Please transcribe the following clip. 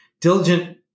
diligent